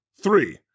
Three